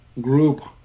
group